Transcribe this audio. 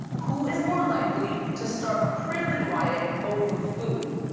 who is more likely to start a prison riot over food?